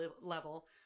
level